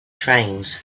trains